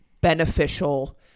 beneficial